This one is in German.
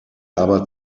aber